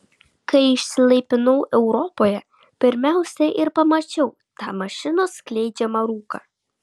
kai išsilaipinau europoje pirmiausia ir pamačiau tą mašinų skleidžiamą rūką